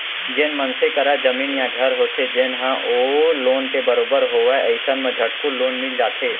जेन मनसे करा जमीन या घर होथे जेन ह ओ लोन के बरोबर होवय अइसन म झटकुन लोन मिल जाथे